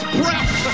breath